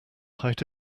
height